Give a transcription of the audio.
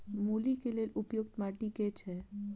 मूली केँ लेल उपयुक्त माटि केँ छैय?